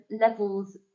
levels